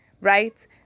right